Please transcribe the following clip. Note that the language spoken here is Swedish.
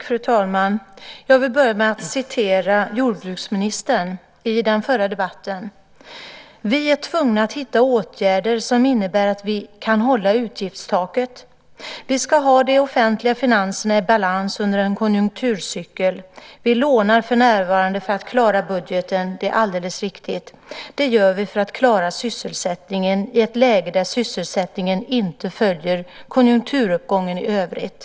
Fru talman! Jag vill börja med att citera jordbruksministern. I den förra debatten sade hon: "Vi är tvungna att hitta åtgärder som innebär att vi kan hålla utgiftstaket. Vi ska ha de offentliga finanserna i balans under en konjunkturcykel. Vi lånar för närvarande för att klara budgeten, det är alldeles riktigt. Det gör vi för att klara sysselsättningen i ett läge där sysselsättningen inte följer konjunkturuppgången i övrigt."